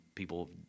People